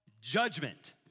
judgment